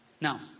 Now